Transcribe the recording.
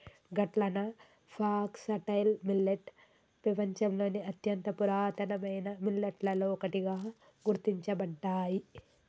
గట్లన foxtail millet పెపంచంలోని అత్యంత పురాతనమైన మిల్లెట్లలో ఒకటిగా గుర్తించబడ్డాయి